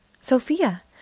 Sophia